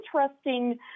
interesting